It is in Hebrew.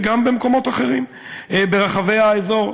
וגם במקומות אחרים ברחבי האזור.